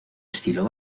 estilo